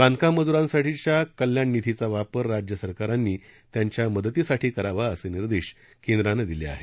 बांधकाम मज्रांसाठीच्या कल्याण निधीचा वापर राज्य सरकारांनी त्यांच्या मदतीसाठी करावा असे निर्देश केंद्रानं दिले आहेत